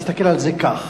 תסתכל על זה כך,